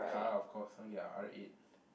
car of course I want to get a R-eight